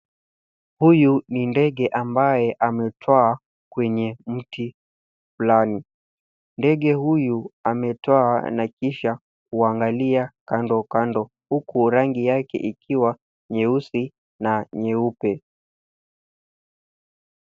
Huyu ni ndege ambaye ametwaa kwenye mti fulani. Ndege huyu, ametwaa na kisha kuangalia kando kando, huku rangi yake ikiwa, nyeusi, na nyeupe.